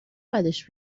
بدش